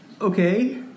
okay